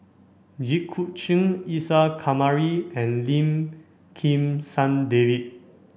Jit Koon Ch'ng Isa Kamari and Lim Kim San David